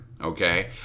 okay